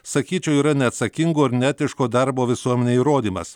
sakyčiau yra neatsakingo ir neetiško darbo visuomenėj įrodymas